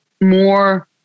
more